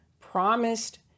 promised